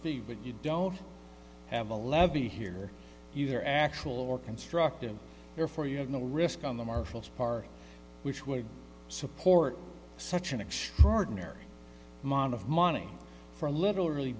fee but you don't have a levy here either actual or constructive therefore you have no risk on the marshals part which would support such an extraordinary amount of money for little really